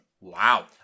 Wow